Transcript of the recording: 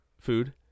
food